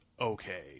okay